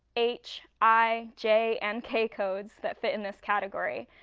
h, i, j and k codes that fit in this category.